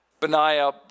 Benaiah